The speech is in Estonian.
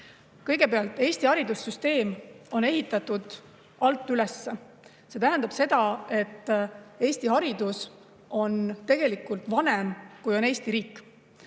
Kõigepealt, Eesti haridussüsteem on ehitatud alt üles. See tähendab seda, et Eesti haridus on tegelikult vanem, kui on Eesti riik.